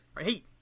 Hey